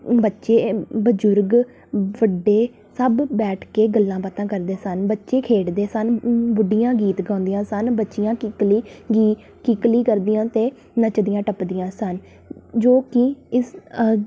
ਬੱਚੇ ਬਜ਼ੁਰਗ ਵੱਡੇ ਸਭ ਬੈਠ ਕੇ ਗੱਲਾਂ ਬਾਤਾਂ ਕਰਦੇ ਸਨ ਬੱਚੇ ਖੇਡਦੇ ਸਨ ਮ ਬੁੱਢੀਆਂ ਗੀਤ ਗਾਉਂਦੀਆਂ ਸਨ ਬੱਚੀਆਂ ਕਿੱਕਲੀ ਗੀ ਕਿੱਕਲੀ ਕਰਦੀਆਂ ਅਤੇ ਨੱਚਦੀਆਂ ਟੱਪਦੀਆਂ ਸਨ ਜੋ ਕਿ ਇਸ